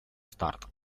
старт